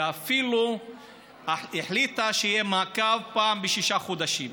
אלא אפילו החליטה שיהיה מעקב פעם בשישה חודשים.